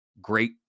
Great